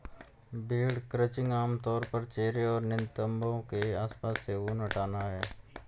भेड़ क्रचिंग आम तौर पर चेहरे और नितंबों के आसपास से ऊन हटाना है